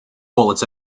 bullets